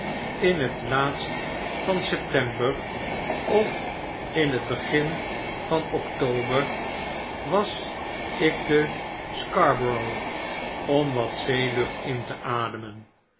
in het laatst van september of in het begin van october was ik te scarborough om wat zeelucht in te ademen